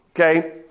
okay